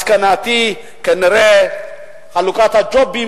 מסקנתי: כנראה חלוקת הג'ובים,